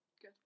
Good